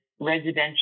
residential